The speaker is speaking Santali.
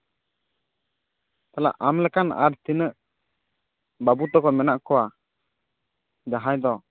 ᱛᱟᱦᱚᱞᱮ ᱟᱢ ᱞᱮᱠᱷᱟᱱ ᱟᱨ ᱛᱤᱱᱟᱹᱜ ᱵᱟᱵᱩ ᱛᱟᱠᱚ ᱢᱮᱱᱟᱜ ᱠᱚᱣᱟ ᱡᱟᱦᱟᱸᱭ ᱫᱚ